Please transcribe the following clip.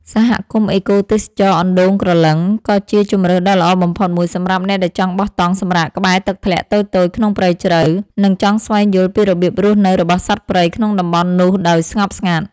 សហគមន៍អេកូទេសចរណ៍អណ្តូងក្រឡឹង ក៏ជាជម្រើសដ៏ល្អបំផុតមួយសម្រាប់អ្នកដែលចង់បោះតង់សម្រាកក្បែរទឹកធ្លាក់តូចៗក្នុងព្រៃជ្រៅ និង ចង់ស្វែងយល់ពីរបៀបរស់នៅរបស់សត្វព្រៃក្នុងតំបន់នោះដោយស្ងប់ស្ងាត់។